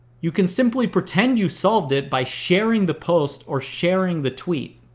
you can simply pretend you solved it by sharing the post or sharing the tweet.